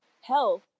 health